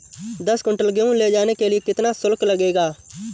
दस कुंटल गेहूँ ले जाने के लिए कितना शुल्क लगेगा?